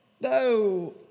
No